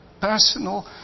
personal